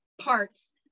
parts